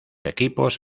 equipos